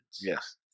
yes